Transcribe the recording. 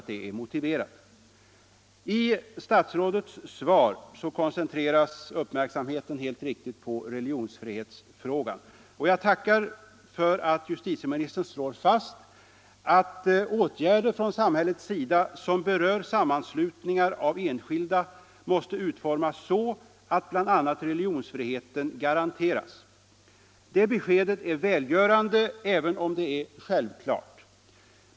I statsrådets svar koncentreras uppmärksamheten helt riktigt på religionsfrihetsfrågan. Jag tackar för att justitieministern slår fast, att åtgärder från samhällets sida som berör sammanslutningar av enskilda måste utformas så att bl.a. religionsfriheten garanteras. Det beskedet är välgörande, även om det är självklart.